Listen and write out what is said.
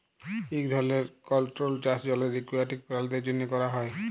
ইক ধরলের কলটোরোলড চাষ জলের একুয়াটিক পেরালিদের জ্যনহে ক্যরা হ্যয়